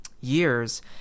years